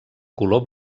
color